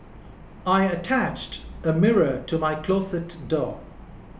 I attached a mirror to my closet door